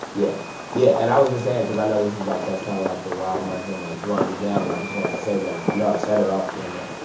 yeah yeah, and i was just saying, because i know this is like that's kind of like the rob markman, like running down, i just wanted to say man. i know i've said it off camera.